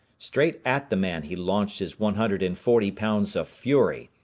straight at the man he launched his one hundred and forty pounds of fury,